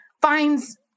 finds